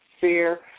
fair